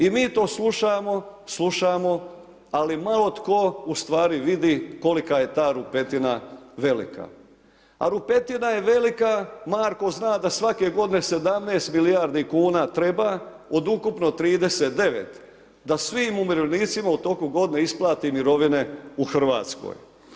I mi to slušamo, slušamo, ali malo tko ustvari vidi kolika je ta rupetina velika, a rupetina je velika, Marko zna da svake godine 17 milijardi kuna treba od ukupno 39, da svim umirovljenicima u toku godine isplati mirovine u RH.